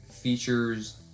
features